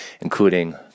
including